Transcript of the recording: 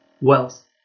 wealth